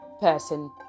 person